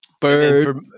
Bird